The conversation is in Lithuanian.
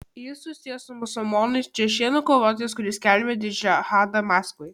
jis susijęs su musulmonais čečėnų kovotojais kurie skelbia džihadą maskvai